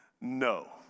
no